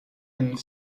and